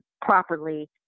properly